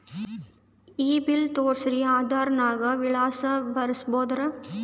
ಈ ಬಿಲ್ ತೋಸ್ರಿ ಆಧಾರ ನಾಗ ವಿಳಾಸ ಬರಸಬೋದರ?